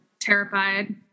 terrified